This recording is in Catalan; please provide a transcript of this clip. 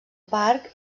parc